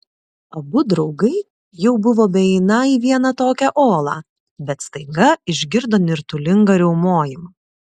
abu draugai jau buvo beeiną į vieną tokią olą bet staiga išgirdo nirtulingą riaumojimą